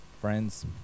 friends